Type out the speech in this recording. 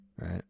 Right